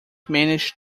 managed